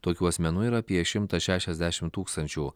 tokių asmenų yra apie šimtas šešiasdešim tūkstančių